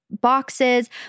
boxes